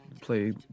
play